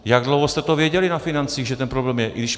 Jak dlouho jste to věděli na financích, že ten problém je?